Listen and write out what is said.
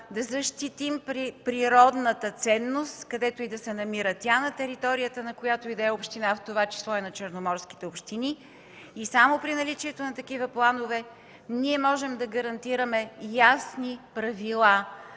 да защитим природната ценност, където и да се намира тя, на територията на която и да е община, в това число и на черноморските общини. Само при наличието на такива планове можем да гарантираме ясни правила